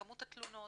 בכמות התלונות,